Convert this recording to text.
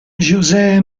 josé